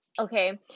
okay